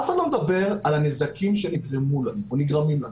אף אחד לא מדבר על הנזקים שנגרמו לנו או נגרמים לנו.